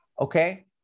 okay